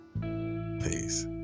peace